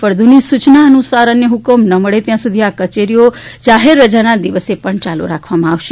ફળદુની સૂચનાનુસાર અન્ય ફકમ ન મળે ત્યાં સુધી આ કચેરીઓ જાહેર રજાના દિવસે પણ ચાલુ રાખવામાં આવશે